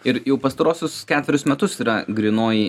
ir jau pastaruosius ketverius metus yra grynoji